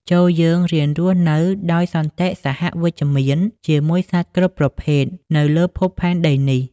ចូរយើងរៀនរស់នៅដោយសន្តិសហវិជ្ជមានជាមួយសត្វគ្រប់ប្រភេទនៅលើភពផែនដីនេះ។